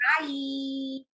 hi